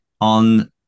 on